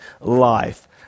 life